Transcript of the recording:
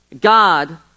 God